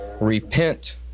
Repent